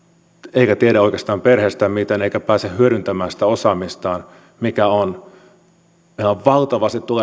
eikä tiedä perheestään oikeastaan mitään eikä pääse hyödyntämään sitä osaamistaan mitä on meille tulee valtavasti